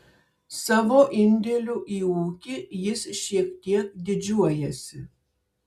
savo indėliu į ūkį jis šiek tiek didžiuojasi